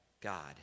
God